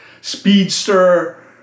Speedster